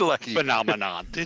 phenomenon